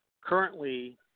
currently